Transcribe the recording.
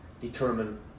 determine